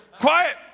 quiet